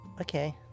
Okay